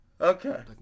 Okay